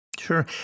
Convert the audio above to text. Sure